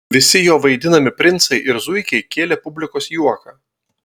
visi jo vaidinami princai ir zuikiai kėlė publikos juoką